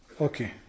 okay